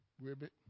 Ribbit